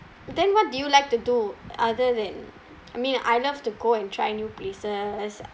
then what do you like to do other than I mean I love to go and try new places uh